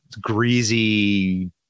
greasy